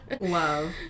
Love